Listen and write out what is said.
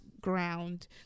ground